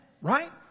right